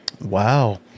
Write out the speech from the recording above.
Wow